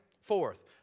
Fourth